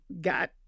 got